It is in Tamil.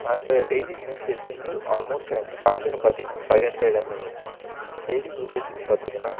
அண்டு டெய்லி யூஸேஜிக்கு ஆல்மோஸ்ட் எனக்கு சார்ஜின் பார்த்தீங்கன்னா ஃபைவ் ஹண்ட்ரெட் எம்ஏஹெச் டெய்லி யூஸேஜிக்கு பார்த்தீங்கன்னா